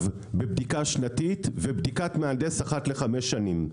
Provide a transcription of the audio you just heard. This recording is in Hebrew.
בבדיקה שנתית ובדיקת מהנדס אחת לחמש שנים.